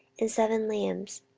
and seven lambs,